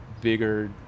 bigger